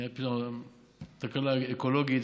נהייתה פתאום תקלה אקולוגית.